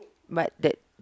but that